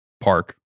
Park